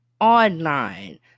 online